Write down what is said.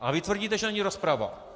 A vy tvrdíte, že není rozprava.